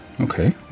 okay